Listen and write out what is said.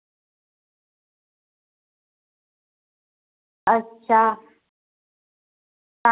अच्छा आ